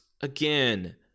again